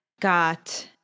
got